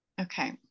Okay